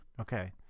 Okay